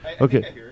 Okay